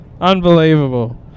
Unbelievable